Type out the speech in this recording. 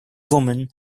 woman